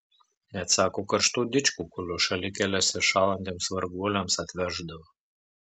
net sako karštų didžkukulių šalikelėse šąlantiems varguoliams atveždavo